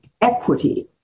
equity